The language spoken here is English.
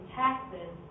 taxes